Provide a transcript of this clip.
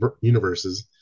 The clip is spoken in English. universes